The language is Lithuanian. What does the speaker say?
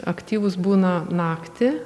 aktyvūs būna naktį